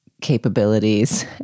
capabilities